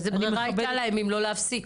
איזה ברירה הייתה להם אם לא להפסיק?